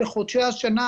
בחודשי השנה,